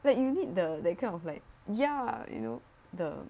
that you need the they kind of like ya you know the